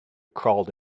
crawled